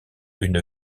une